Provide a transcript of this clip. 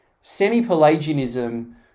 semi-pelagianism